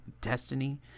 destiny